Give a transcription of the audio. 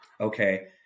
okay